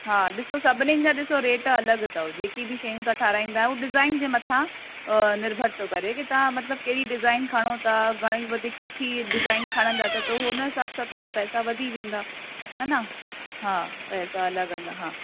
हा ॾिसो सभिनिनि जा ॾिसो रेट अलॻि अथव जेकी बि शयूं तव्हां ठाहिराईंदा उहो डिज़ाइन जे मथां निर्भर थो करे कि तव्हां मतलबु कहिड़ी डिज़ाइन खणो था घणी वधीक सुठी डिज़ाइन खणंदा त हुन हिसाब सां थोरा पैसा वधी वेंदा हा न हा पैसा लॻंदा हा